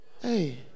Hey